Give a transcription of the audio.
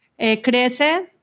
Crece